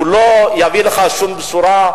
זה לא יביא לך שום בשורה,